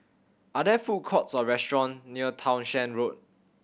are there food courts or restaurant near Townshend Road